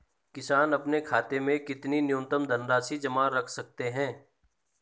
किसान अपने खाते में कितनी न्यूनतम धनराशि जमा रख सकते हैं?